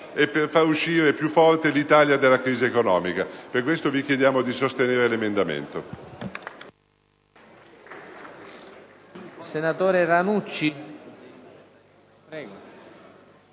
e per far uscire più forte l'Italia dalla crisi economica. Per questo vi chiediamo di sostenere l'emendamento.